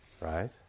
Right